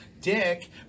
Dick